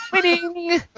Winning